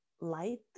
light